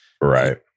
Right